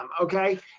Okay